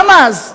גם אז,